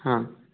ಹಾಂ